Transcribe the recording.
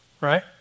Right